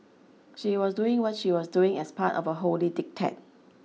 she was doing what she was doing as part of a holy diktat